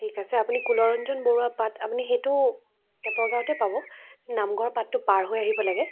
ঠিক আছে আপুনি কুলৰঞ্জন বৰুৱা আপুনি সেইটো টেপৰগাঁৱতে পাব নামঘৰ বাতটো পাৰ হৈ আহিব লাগে